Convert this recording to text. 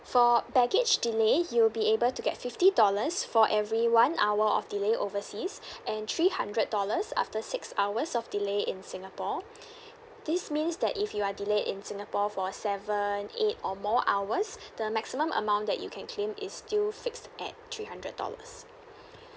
for baggage delay you will be able to get fifty dollars for every one hour of delay overseas and three hundred dollars after six hours of delay in singapore this means that if you are delayed in singapore for seven eight or more hours the maximum amount that you can claim is still fixed at three hundred dollars